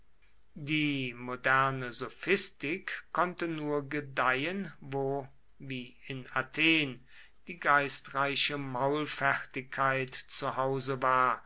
die moderne sophistik konnte nur gedeihen wo wie in athen die geistreiche maulfertigkeit zu hause war